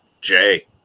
Jay